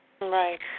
Right